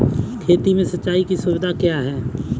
खेती में सिंचाई की सुविधा क्या है?